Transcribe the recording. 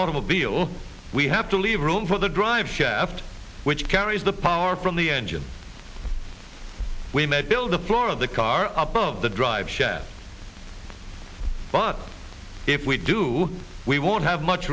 automobile we have to leave room for the drive shaft which carries the power from the engine we may build the floor of the car above the drive shaft but if we do we won't have much